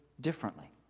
differently